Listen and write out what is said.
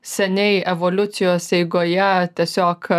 seniai evoliucijos eigoje tiesiog